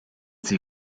sie